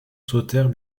sautèrent